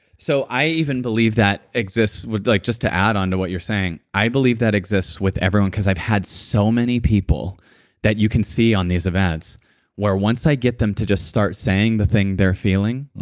so, i even believe that exists with. like just to add on to what you're saying, i believe that exists with everyone, because i've had so many people that you can see on these events where once i get them to just start saying the thing they're feeling,